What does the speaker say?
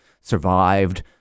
survived